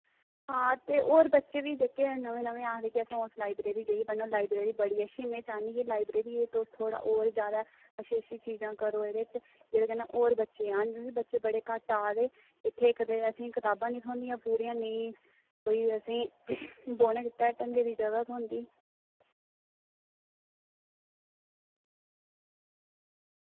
आं ते होर बच्चे बी हैन जेह्के नमें आए दे ओह् आखदे असें लाईब्रेरी जाइयै पढ़ना ते में चाह्न्नी कि लाईब्रेरी ओह् थोह्ड़ा जादा चीज़ां करो एह्दे च जेह्दे कन्नै होर बच्चे आन जेह्ड़े कि बच्चे घट्ट आवा दे इत्थें इक्क ते असेंगी कताबां निं थ्होंदियां पूरियां ते कोई असेंगी बौह्ने आस्तै ढंगै दी जगह थ्होंदी